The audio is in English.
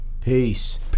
Peace